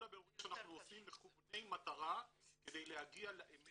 כל הבירורים שאנחנו עושים מכווני מטרה כדי להגיע לאמת.